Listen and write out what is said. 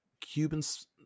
Cubans